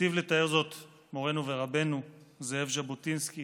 היטיב לתאר זאת מורנו ורבנו זאב ז'בוטינסקי